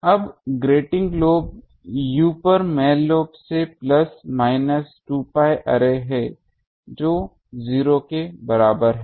अब grating lobe u पर main lobe से प्लस माइनस 2 pi अर्रे हैं जो 0 के बराबर है